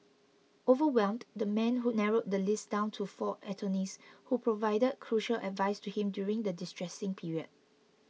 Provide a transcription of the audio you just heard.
overwhelmed the man who narrowed the list down to four attorneys who provided crucial advice to him during the distressing period